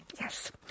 Yes